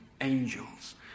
angels